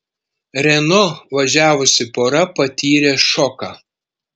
renault važiavusi pora patyrė šoką